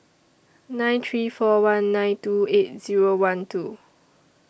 nine three four one nine two eight Zero one two